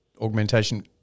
augmentation